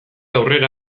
aurrera